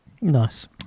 Nice